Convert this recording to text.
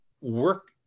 work